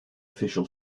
official